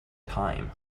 time